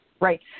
Right